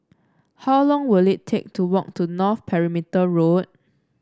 how long will it take to walk to North Perimeter Road